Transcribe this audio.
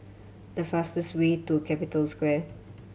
the fastest way to Capital Square